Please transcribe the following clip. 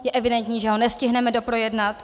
Je evidentní, že ho nestihneme doprojednat.